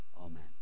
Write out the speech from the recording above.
Amen